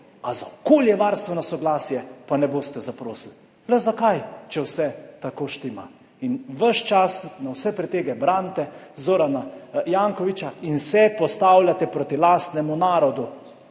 A za okoljevarstveno soglasje pa ne boste zaprosili? Le zakaj, če vse tako štima. Ves čas na vse pretege branite Zorana Jankovića in se postavljate proti lastnemu narodu.